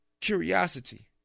curiosity